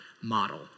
model